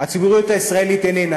הציבוריות הישראלית איננה,